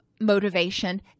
motivation